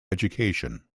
education